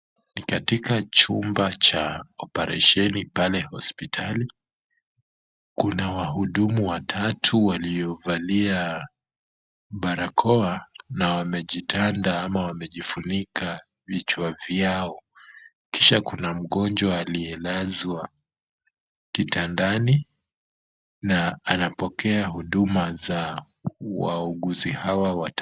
Katika chumba cha oparesheni pale hospitali, kuna wahudumu watatu waliovaliaa barakoa na wamejitanda ama wamejifunika vichwa vyao, kisha kuna mgonjwa aliyelazwa kitandani na anapokea huduma zaa wauguzi hawa watatu.